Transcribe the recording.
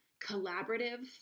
collaborative